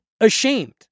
ashamed